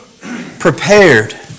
prepared